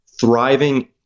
thriving